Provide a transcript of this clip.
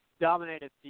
dominated